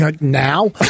now